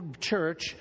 church